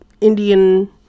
Indian